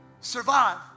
Survive